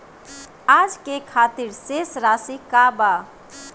आज के खातिर शेष राशि का बा?